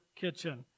kitchen